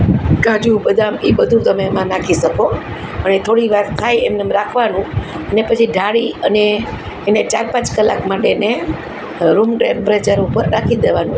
કાજુ બદામ એ બધું તમે એમાં નાખી શકો અને થોડીવાર થાય એમને એમ રાખવાનું અને પછી ઢાળી અને એને ચાર પાંચ કલાક માટે એને રૂમ ટેમ્પરેચર ઉપર રાખી દેવાનું